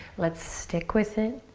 let's stick with it.